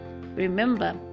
Remember